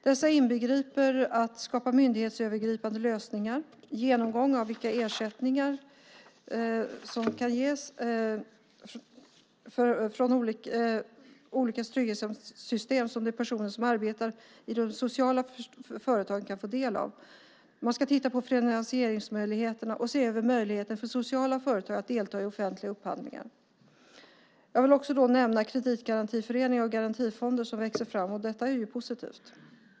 Dessa inbegriper att skapa myndighetsövergripande lösningar och en genomgång av vilka ersättningar som kan ges från olika trygghetssystem som de personer som arbetar i sociala företag kan få del av. Man ska också titta på finansieringsmöjligheterna och se över möjligheten för sociala företag att delta i offentliga upphandlingar. Jag vill också nämna kreditgarantiföreningar och garantifonder som växer fram. Det är positivt.